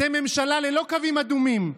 אתם ממשלה ללא קווים אדומים,